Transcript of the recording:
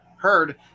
heard